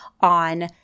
on